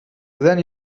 then